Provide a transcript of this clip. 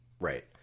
Right